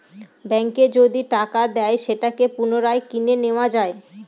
ব্যাঙ্কে যদি টাকা দেয় সেটাকে পুনরায় কিনে নেত্তয়া যায়